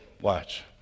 Watch